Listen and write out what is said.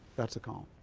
that's a column.